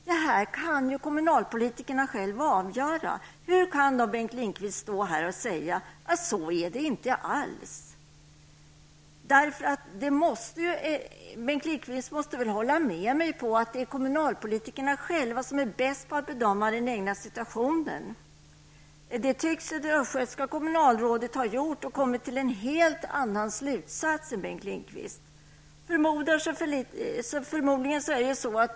Detta kan kommunalpolitikerna själva avgöra. Hur kan då Bengt Lindqvist säga att det inte alls förhåller sig så? Bengt Lindqvist måste väl ändå hålla med mig om att kommunalpolitikerna är de som bäst kan bedöma situationen i den egna kommunen. Det tycks det Östgötska kommunalrådet ha kunnat. Han har kommit till en helt annan slutsats än Bengt Lindqvist.